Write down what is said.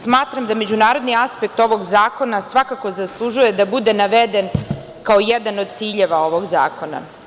Smatram da međunarodni aspekt ovog zakona svakako zaslužuje da bude naveden kao jedan od ciljeva ovog zakona.